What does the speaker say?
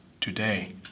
today